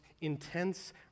intense